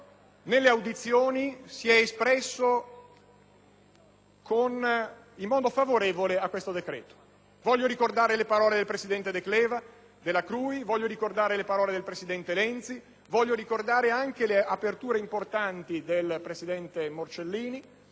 nelle audizioni si è espresso in modo favorevole sul decreto. Voglio ricordare le parole del presidente della CRUI Decleva, del presidente Lenzi, le aperture importanti del presidente Morcellini,